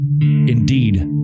Indeed